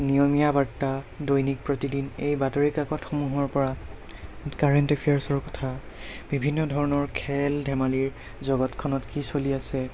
নিয়মীয়া বাৰ্তা দৈনিক প্ৰতিদিন এই বাতৰিকাকতসমূহৰপৰা কাৰেণ্ট এফেয়াৰছৰ কথা বিভিন্ন ধৰণৰ খেল ধেমালিৰ জগতখনত কি চলি আছে